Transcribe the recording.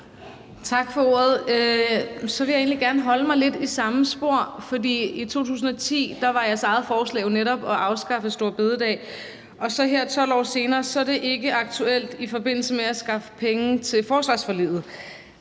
Tak for ordet. Så vil jeg egentlig gerne holde mig lidt i samme spor, for i 2010 var jeres eget forslag jo netop at afskaffe store bededag. Og her 12 år senere er det så ikke aktuelt i forbindelse med at skaffe penge til forsvarsforliget.